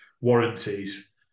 warranties